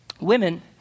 Women